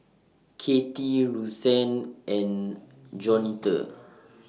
Katie Ruthanne and Jaunita